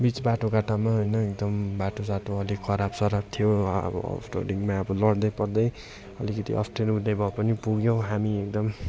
बिच बाटोघाटोमा होइन एकदम बाटो साटो अलिक खराब सराब थियो अब स्टार्टिङमा लड्दै पड्दै अलिकति अप्ठ्यारो हुँदै भए पनि पुग्यौँ हामी एकदम